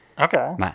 okay